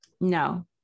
No